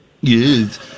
Yes